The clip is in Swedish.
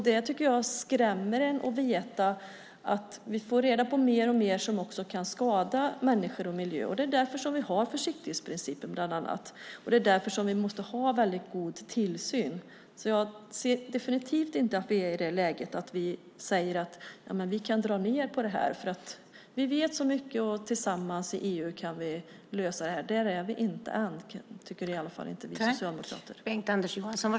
Jag tycker att det skrämmer en att veta att vi får reda på mer och mer som kan skada människor och miljö. Det är därför vi har försiktighetsprincipen, Och det är därför vi måste ha väldigt god tillsyn. Jag ser definitivt inte att vi är i det läget att vi kan säga att vi kan dra ned på detta eftersom vi vet så mycket och kan lösa detta tillsammans i EU. Där är vi inte ännu, tycker vi socialdemokrater.